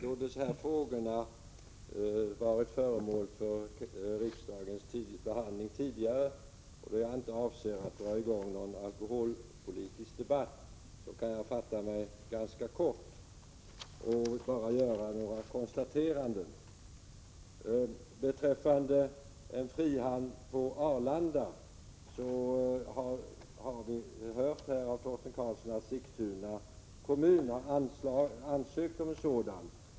Fru talman! Då dessa frågor tidigare varit föremål för riksdagens behandling och då jag inte avser att dra i gång någon alkoholpolitisk debatt kan jag fatta mig ganska kort och bara göra några konstateranden. Beträffande en frihamn på Arlanda har vi här av Torsten Karlsson hört att Sigtuna kommun ansökt om en sådan.